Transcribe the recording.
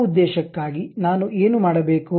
ಆ ಉದ್ದೇಶಕ್ಕಾಗಿ ನಾನು ಏನು ಮಾಡಬೇಕು